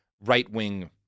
right-wing